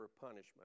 punishment